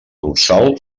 dorsal